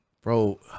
Bro